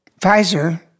Pfizer